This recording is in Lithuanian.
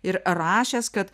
ir rašęs kad